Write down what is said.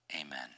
Amen